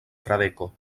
fradeko